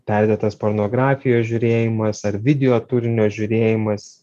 perdėtas pornografijos žiūrėjimas ar video turinio žiūrėjimas